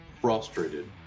frustrated